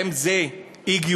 האם זה הגיוני?